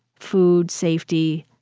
food, safety,